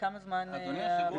אדוני היושב-ראש,